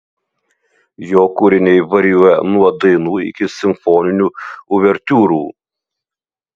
jo kūriniai varijuoja nuo dainų iki simfoninių uvertiūrų